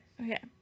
okay